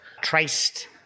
traced